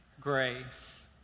grace